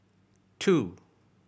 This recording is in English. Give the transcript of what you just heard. two